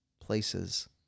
places